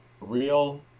real